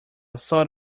sort